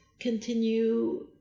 continue